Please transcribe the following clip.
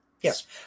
yes